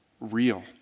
real